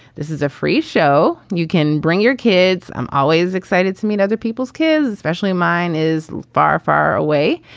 this is a free show. you can bring your kids. i'm always excited to meet other people's kids, especially. mine is far, far away.